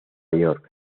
york